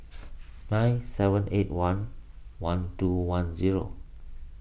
nine seven eight one one two one zero